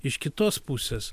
iš kitos pusės